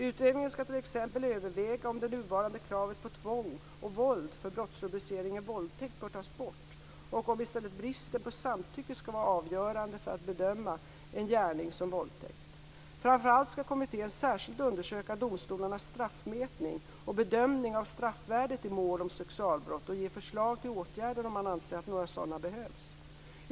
Utredningen skall t.ex. överväga om det nuvarande kravet på tvång och våld för brottsrubriceringen våldtäkt bör tas bort och om i stället bristen på samtycke skall vara avgörande för att bedöma en gärning som våldtäkt. Framför allt skall kommittén särskilt undersöka domstolarnas straffmätning och bedömning av straffvärdet i mål om sexualbrott och ge förslag till åtgärder om man anser att några sådana behövs.